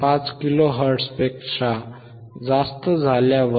5 kilo हर्ट्झपेक्षा जास्त झाल्यावर 1